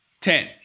Ten